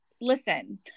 listen